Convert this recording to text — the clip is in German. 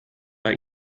bei